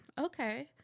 okay